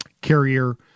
Carrier